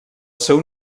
seu